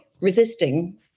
resisting